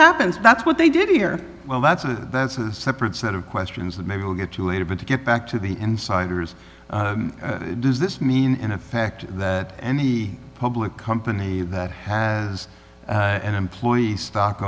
happens that's what they did here well that's a that's a separate set of questions that maybe we'll get to later but to get back to the insiders does this mean in effect that any public company that has an employee stock